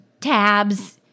tabs